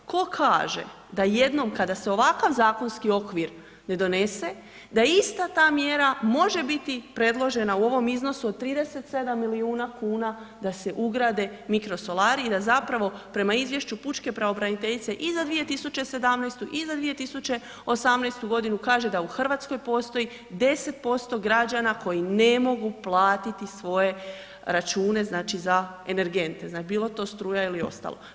Tko kaže da jednom kada se ovakav zakonski okvir ne donese da ista ta mjera može biti predložena u ovom iznosu od 37 milijuna kuna da se ugrade mikrosolari i da zapravo prema izvješću pučke pravobraniteljice i za 2017. i 2018. godinu kaže da u Hrvatskoj postoji 10% građana koji ne mogu platiti svoje račune znači za energente, bilo to struja ili ostalo.